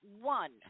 one